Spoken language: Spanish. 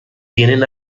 tienen